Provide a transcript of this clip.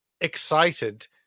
excited